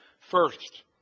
first